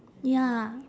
ya